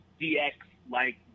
DX-like